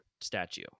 statue